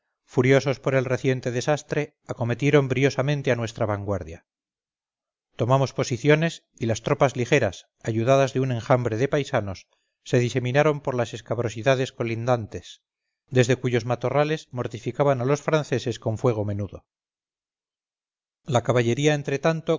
furiosos por el reciente desastre acometieron briosamente a nuestra vanguardia tomamos posiciones y las tropas ligeras ayudadas de un enjambre de paisanos se diseminaron por las escabrosidades colindantes desde cuyos matorrales mortificaban a losfranceses con fuego menudo la caballería